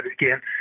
again